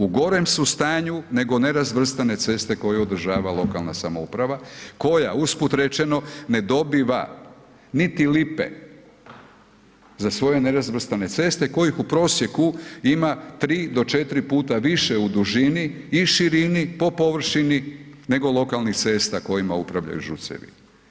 U gorem su stanju nego nerazvrstane ceste koje održava lokalna samouprava koja usput rečeno ne dobiva niti lipe za svoje nerazvrstane ceste kojih u prosjeku ima tri do četiri puta više u dužini i širini po površini nego lokalnih cesta kojima upravljaju ŽUC-evi.